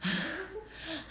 ha